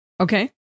okay